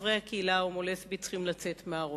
חברי הקהילה ההומו-לסבית צריכים לצאת מהארון,